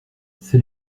c’est